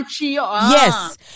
Yes